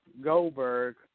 Goldberg